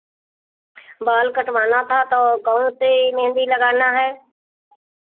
बाल कटवाना था तो कौन सी मेहंदी लगाना है